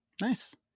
nice